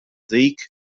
dik